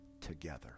together